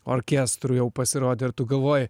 orkestru jau pasirodė ir tu galvoji